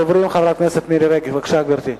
ראשונת הדוברים, חברת הכנסת מירי רגב, בבקשה,